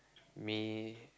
me